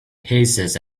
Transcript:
paces